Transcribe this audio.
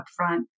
upfront